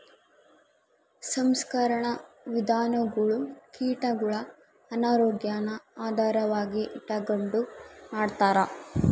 ಸಂಸ್ಕರಣಾ ವಿಧಾನಗುಳು ಕೀಟಗುಳ ಆರೋಗ್ಯಾನ ಆಧಾರವಾಗಿ ಇಟಗಂಡು ಮಾಡ್ತಾರ